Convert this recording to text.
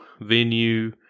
venue